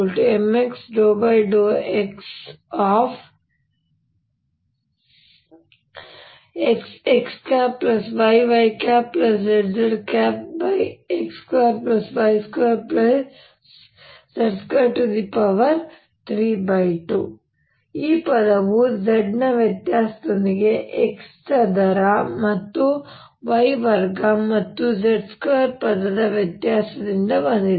xxx2y2z252 322xyyx2y2z252 322xzzx2y2z252 ಈ ಪದವು z ನ ವ್ಯತ್ಯಾಸದಿಂದ x ಚದರ ಮತ್ತು y ವರ್ಗ ಮತ್ತು z ಚದರ ಪದದ ವ್ಯತ್ಯಾಸದಿಂದ ಬಂದಿದೆ